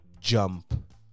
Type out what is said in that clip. jump